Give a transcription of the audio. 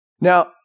Now